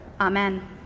Amen